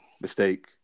mistake